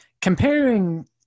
comparing